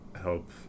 help